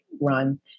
run